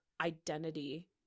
identity